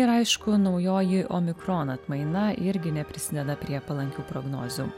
ir aišku naujoji omikron atmaina irgi neprisideda prie palankių prognozių